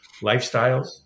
lifestyles